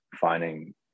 finding